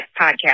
podcast